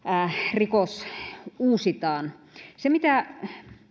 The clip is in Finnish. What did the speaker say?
rikos uusitaan se mitä